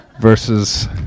versus